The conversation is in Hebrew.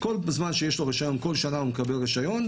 כל שנה הוא מקבל רישיון,